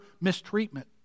mistreatment